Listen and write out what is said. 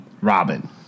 Robin